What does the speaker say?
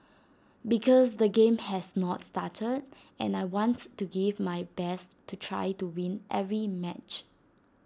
because the game has not started and I wants to give my best to try to win every match